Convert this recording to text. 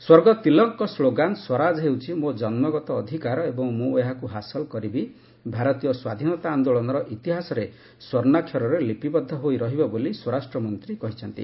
ସ୍ୱର୍ଗତ ତିଲକଙ୍କ ସ୍କୋଗାନ 'ସ୍ୱରାଜ ହେଉଛି ମୋ ଜନ୍ମଗତ ଅଧିକାର ଏବଂ ମୁଁ ଏହାକୁ ହାସଲ କରିବି' ଭାରତୀୟ ସ୍ୱାଧୀନତା ଆନ୍ଦୋଳନର ଇତିହାସରେ ସ୍ୱର୍ଷ୍ଣାକ୍ଷରରେ ଲିପିବଦ୍ଧ ହୋଇ ରହିବ ବୋଲି ସ୍ୱରାଷ୍ଟ୍ର ମନ୍ତ୍ରୀ କହିଛନ୍ତି